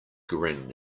grin